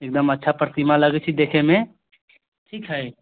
एकदम अच्छा प्रतिमा लगै छै देखै मे ठीक है